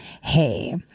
hey